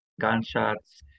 Gunshots